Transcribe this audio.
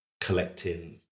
collecting